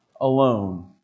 alone